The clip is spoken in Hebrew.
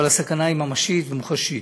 אבל הסכנה היא ממשית ומוחשית.